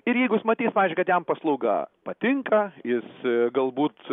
ir jeigu jis matys pavyzdžiui kad jam paslauga patinka jis galbūt